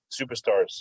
superstars